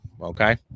okay